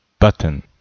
Button